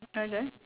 and then